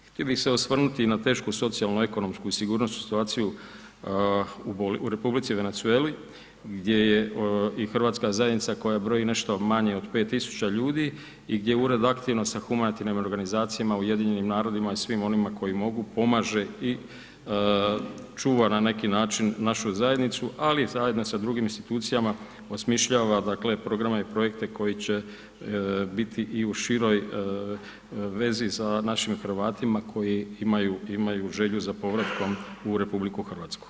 Htio bih se osvrnuti i na tešku socijalnu, ekonomsku i sigurnosnu situaciju u Republici Venezueli, gdje je i hrvatska zajednica koja broji nešto manje od 5000 ljudi i gdje ured aktivno sa humanitarnim organizacijama, UN-om i svim onima koji mogu, pomaže i čuva na neki način našu zajednicu, ali zajedno sa drugim institucijama osmišljava, dakle, programe i projekte koji će biti i u široj vezi sa našim Hrvatima koji imaju, imaju želju za povratkom u RH.